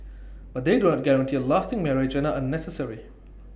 but they do not guarantee A lasting marriage and are unnecessary